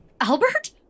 Albert